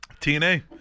TNA